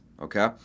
okay